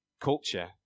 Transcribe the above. culture